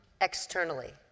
externally